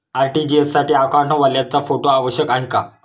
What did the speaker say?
RTGS साठी अकाउंटवाल्याचा photo आवश्यक आहे का?